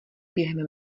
během